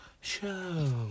show